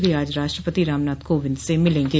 वे आज राष्ट्रपति रामनाथ कोविंद से मिलेंगे